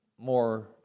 More